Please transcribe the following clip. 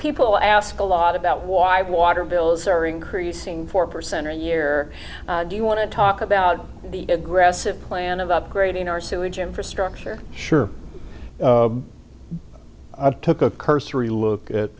people ask a lot about why water bills are increasing four percent a year do you want to talk about the aggressive plan of upgrading our sewage infrastructure sure i took a cursory look